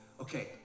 Okay